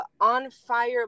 on-fire